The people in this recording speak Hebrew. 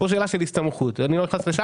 יש פה שאלה של הסתמכות, ואני לא נכנס לשם.